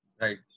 right